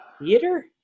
theater